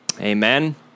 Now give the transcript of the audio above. Amen